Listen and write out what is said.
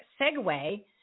segue